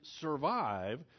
survive